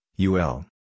UL